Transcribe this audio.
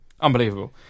unbelievable